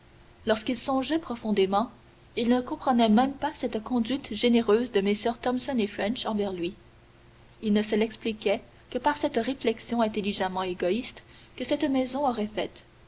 lorsqu'il songeait profondément il ne comprenait même pas cette conduite généreuse de mm thomson et french envers lui il ne se l'expliquait que par cette réflexion intelligemment égoïste que cette maison aurait faite